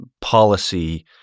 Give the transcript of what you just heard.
policy